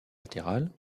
latérale